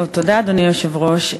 תודה, אדוני היושב-ראש.